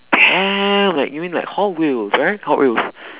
damn like you mean like hot wheels right hot wheels